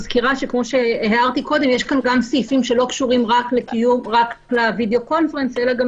כמו שהערתי קודם יש כאן גם סעיפים שלא קשורים רק ל VC אלא גם